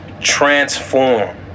transform